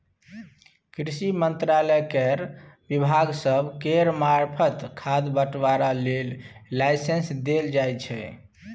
कृषि मंत्रालय केर विभाग सब केर मार्फत खाद बंटवारा लेल लाइसेंस देल जाइ छै